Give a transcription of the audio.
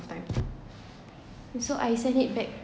time so I sent it back